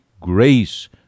grace